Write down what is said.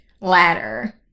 ladder